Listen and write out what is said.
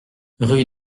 rue